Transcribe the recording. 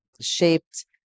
shaped